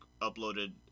uploaded